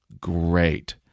great